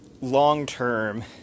long-term